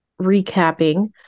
recapping